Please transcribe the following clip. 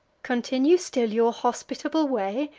continue still your hospitable way,